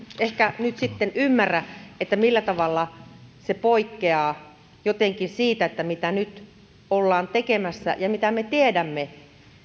ehkä nyt sitten ymmärrä millä tavalla se poikkeaa jotenkin siitä mitä nyt ollaan tekemässä ja mitä me tiedämme